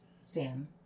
Sam